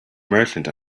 merchant